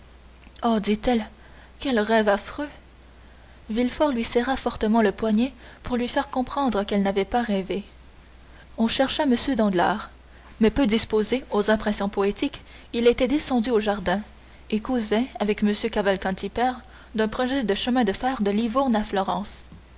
oh dit-elle quel rêve affreux villefort lui serra fortement le poignet pour lui faire comprendre qu'elle n'avait pas rêvé on chercha m danglars mais peu disposé aux impressions poétiques il était descendu au jardin et causait avec m cavalcanti père d'un projet de chemin de fer de livourne à florence